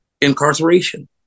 incarceration